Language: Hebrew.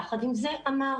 יחד עם זה אמרנו,